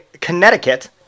Connecticut